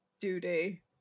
duty